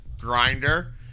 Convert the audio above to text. grinder